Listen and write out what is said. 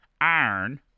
iron